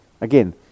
Again